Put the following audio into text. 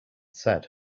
said